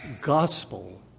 gospel